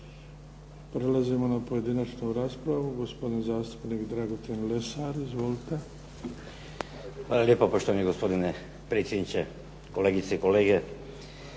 Prelazimo na pojedinačnu raspravu. Gospodin zastupnik Dragutin Lesar. Izvolite. **Lesar, Dragutin (Nezavisni)** Hvala lijepa poštovani gospodine predsjedniče, kolegice i kolege.